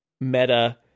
meta